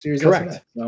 Correct